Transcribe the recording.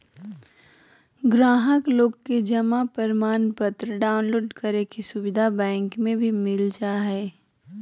गाहक लोग के जमा प्रमाणपत्र डाउनलोड करे के सुविधा बैंक मे भी मिल जा हय